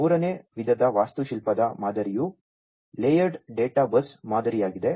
ಮೂರನೇ ವಿಧದ ವಾಸ್ತುಶಿಲ್ಪದ ಮಾದರಿಯು ಲೇಯರ್ಡ್ ಡೇಟಾಬಸ್ ಮಾದರಿಯಾಗಿದೆ